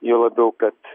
juo labiau kad